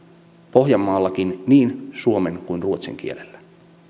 pohjanmaallakin niin suomen kuin ruotsin kielellä